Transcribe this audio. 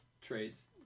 traits